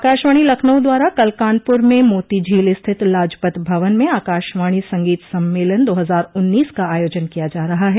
आकाशवाणी लखनऊ द्वारा कल कानपुर में मोती झील स्थित लाजपत भवन में आकाशवाणी संगीत सम्मेलन दो हजार उन्नीस का आयोजन किया जा रहा है